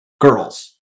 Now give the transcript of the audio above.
girls